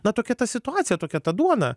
na tokia ta situacija tokia ta duona